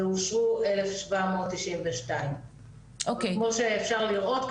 ואושרו 1792. כמו שאפשר לראות,